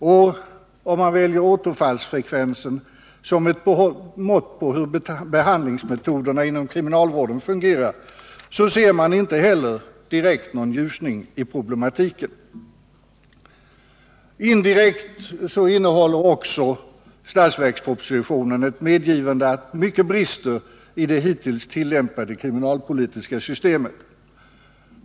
Och väljer man återfallsfrekvensen som ett mått på hur behandlingsmetoderna inom kriminalvården fungerar ser man inte heller direkt någon särskild ljusning i problematiken. Indirekt innehåller också budgetpropositionen ett medgivande om att mycket brister i det hittills tillämpade kriminalpolitiska systemet.